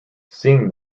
seeing